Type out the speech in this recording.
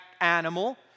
animal